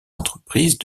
entreprises